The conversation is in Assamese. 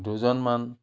দুজনমান